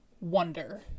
wonder